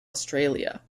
australia